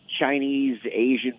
Chinese-Asian